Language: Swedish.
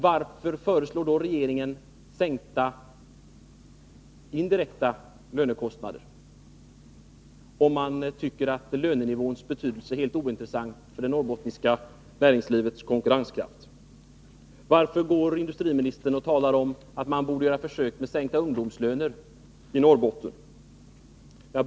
Varför föreslår då regeringen sänkta indirekta lönekostnader, om man tycker att lönenivåns betydelse är helt ointressant för det norrbottniska näringslivets konkurrenskraft? Varför talar industriministern om att man borde göra försök med sänkta ungdomslöner i Norrbotten?